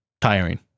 tiring